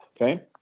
Okay